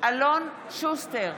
אלון שוסטר,